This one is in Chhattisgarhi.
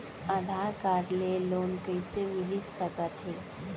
आधार कारड ले लोन कइसे मिलिस सकत हे?